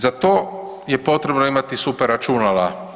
Za to je potrebno imati super računala.